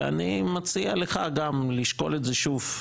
ואני מציע לך גם לשקול את זה שוב,